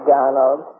Donald